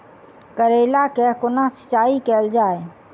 करैला केँ कोना सिचाई कैल जाइ?